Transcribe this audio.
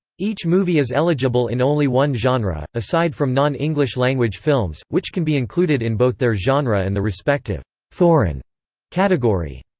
each movie is eligible in only one genre, aside from non-english language films, which can be included in both their genre and the respective foreign category.